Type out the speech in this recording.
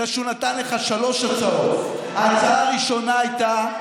אלא שהוא נתן לך שלוש הצעות: ההצעה הראשונה הייתה,